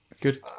Good